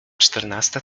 czternasta